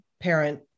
parent